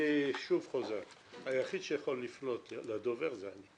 אני שוב חוזר: היחיד שיכול לפנות לדובר זה אני,